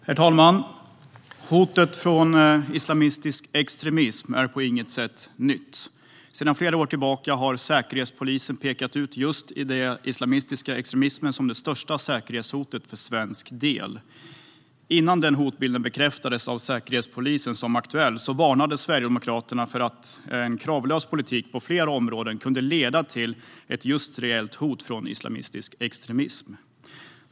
Herr talman! Hotet från islamistisk extremism är på intet sätt nytt. Sedan flera år tillbaka har säkerhetspolisen pekat ut just den islamistiska extremismen som det största säkerhetshotet för svensk del. Innan den hotbilden bekräftades av säkerhetspolisen som aktuell varnade Sverigedemokraterna för att kravlös politik på flera områden skulle kunna leda till just ett reellt hot från islamistisk extremism.